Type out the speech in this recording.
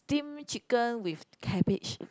steam chicken with cabbage